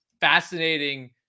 fascinating